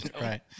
Right